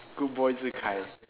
good boy Zhi Kai